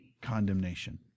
condemnation